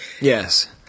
Yes